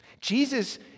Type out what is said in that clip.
Jesus